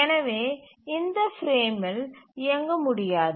எனவே இதை இந்த பிரேமில் இயங்க முடியாது